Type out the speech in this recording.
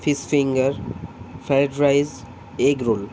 fish finger fried rice egg roll